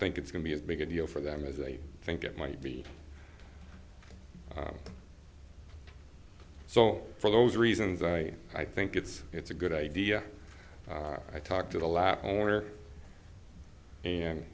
think it's going to be as big a deal for them as they think it might be so for those reasons i i think it's it's a good idea i talked to the lap owner and